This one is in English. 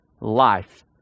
life